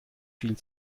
viel